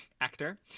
actor